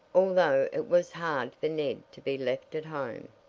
although it was hard for ned to be left at home.